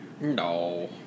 No